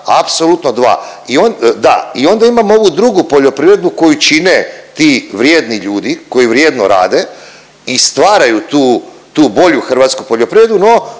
apsolutno dva, i on, da, i onda imamo ovu drugu poljoprivredu koju čine ti vrijedni ljudi koji vrijedno rade i stvaraju tu bolju hrvatsku poljoprivredu,